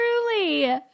Truly